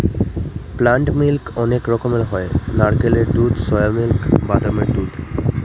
plant milk অনেক রকমের হয় নারকেলের দুধ, সোয়া মিল্ক, বাদামের দুধ